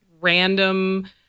random